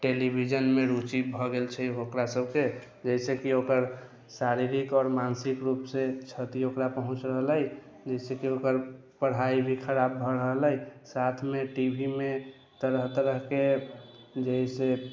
टेलीविजनमे रुचि भऽ गेल छै ओकरा सबके जाहिसँ की ओकर शारीरिक आओर मानसिक रूपसँ क्षति ओकरा पहुँच रहल अइ जैसेकि ओकर पढ़ाइ भी खराब भऽ रहल अइ साथमे टी वी मे तरह तरह के जे है से